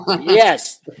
Yes